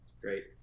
Great